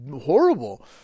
horrible